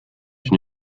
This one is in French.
une